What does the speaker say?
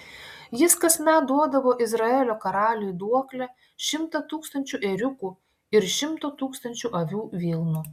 jis kasmet duodavo izraelio karaliui duoklę šimtą tūkstančių ėriukų ir šimto tūkstančių avių vilnų